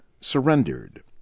surrendered